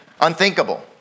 unthinkable